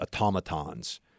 automatons